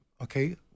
okay